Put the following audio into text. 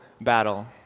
battle